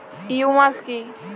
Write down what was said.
Humus কি?